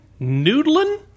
Noodlin